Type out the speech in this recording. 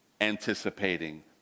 anticipating